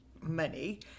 money